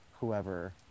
whoever